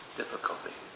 difficulty